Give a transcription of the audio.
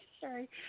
sorry